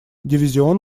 дивизион